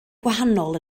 gwahanol